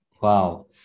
Wow